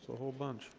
whole bunch